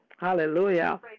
Hallelujah